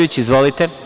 Izvolite.